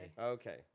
Okay